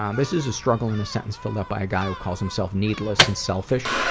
um this is a struggle in a sentence filled out by a guy who calls himself needless and selfish.